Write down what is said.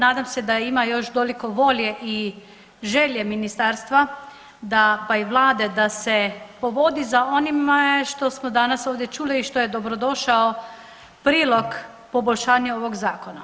Nadam se da ima još toliko volje i želje ministarstva, pa i Vlade da se povodi za onime što smo danas ovdje čuli i što je dobro došao prilog poboljšanje ovog zakona.